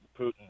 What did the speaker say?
Putin